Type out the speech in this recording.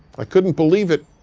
i couldn't believe it,